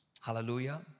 Hallelujah